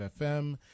FM